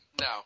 no